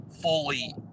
fully